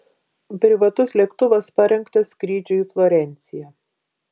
privatus lėktuvas parengtas skrydžiui į florenciją